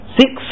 six